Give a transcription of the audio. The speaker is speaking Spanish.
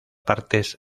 partes